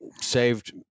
saved